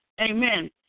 Amen